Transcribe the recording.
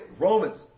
Romans